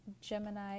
Gemini